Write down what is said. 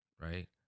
right